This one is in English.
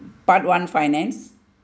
part one finance